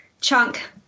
Chunk